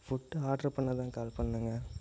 food order பண்ண தான் call பண்ணிணேங்க